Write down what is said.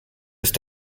ist